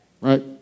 right